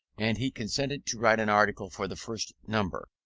and he consented to write an article for the first number.